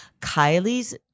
Kylie's